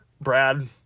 Brad